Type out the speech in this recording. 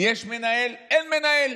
יש מנהל, אין מנהל.